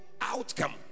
Outcome